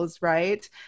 right